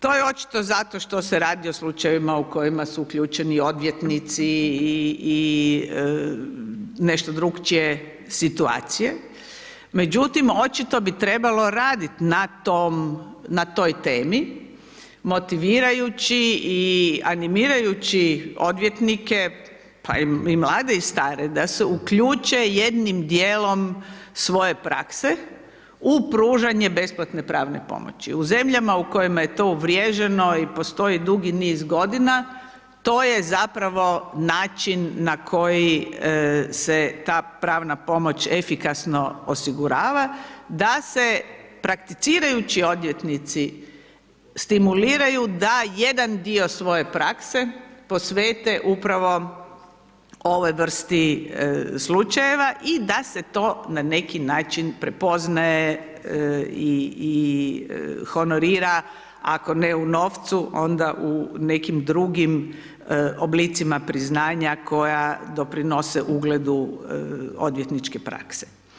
To je očito zato što se radi o slučajevima u kojima su uključeni odvjetnici i nešto drukčije situacije, međutim očito bi trebalo raditi na toj temi, motivirajući i animirajući odvjetnike, pa i mlade i stare da se uključe jednim dijelom svoje prakse u pružanje besplatne pravne pomoći u zemljama u kojima je to uvrježeno i postoji dugi niz godina, to je zapravo način na koji se ta pravna pomoć efikasno osigurava da se prakticirajući odvjetnici stimuliraju da jedan dio svoje prakse posvete upravo ovoj vrsti slučajeva i da se to na neki način prepoznaje i honorira ako ne u novcu onda u nekim drugim oblicima priznanja koja doprinose ugledu odvjetničke prakse.